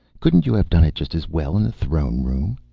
couldn't you have done it just as well in the throne room?